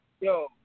Yo